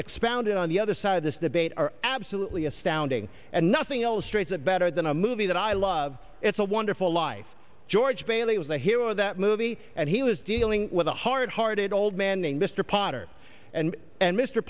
expended on the other side of this debate are absolutely astounding and nothing else trades a better than a movie that i love it's a wonderful life george bailey was the hero of that movie and he was dealing with a hard hearted old man named mr potter and and mr